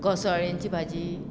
घोसाळ्यांची भाजी